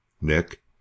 Nick